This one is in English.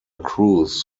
cruz